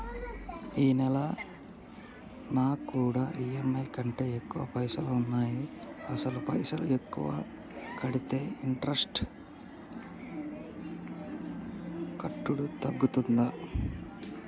ఈ నెల నా కాడా ఈ.ఎమ్.ఐ కంటే ఎక్కువ పైసల్ ఉన్నాయి అసలు పైసల్ ఎక్కువ కడితే ఇంట్రెస్ట్ కట్టుడు తగ్గుతదా?